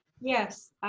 Yes